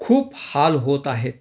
खूप हाल होत आहेत